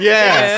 Yes